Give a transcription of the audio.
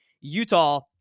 Utah